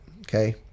Okay